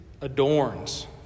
adorns